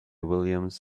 williams